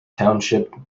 township